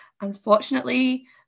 Unfortunately